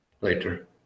later